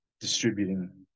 distributing